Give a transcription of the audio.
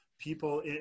people